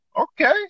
Okay